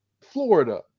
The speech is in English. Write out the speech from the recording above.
Florida